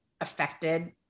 affected